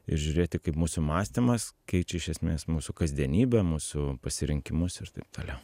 ir žiūrėti kaip mūsų mąstymas keičia iš esmės mūsų kasdienybę mūsų pasirinkimus ir taip toliau